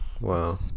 Wow